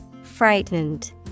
frightened